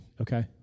okay